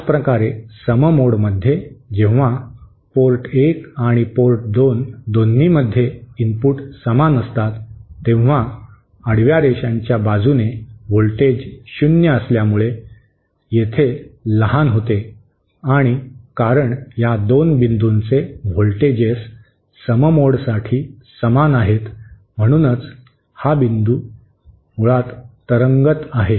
त्याचप्रकारे सम मोडमध्ये जेव्हा पोर्ट 1 आणि पोर्ट 2 दोन्हीमध्ये इनपुट समान असतात तेव्हा आडव्या रेषाच्या बाजूने व्हॉल्टेज 0 असल्यामुळे येथे लहान होते आणि कारण या 2 बिंदूंचे व्होल्टेजेस सम मोडसाठी समान आहेत म्हणूनच हा बिंदू मुळात तरंगत आहे